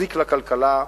מזיק לכלכלה,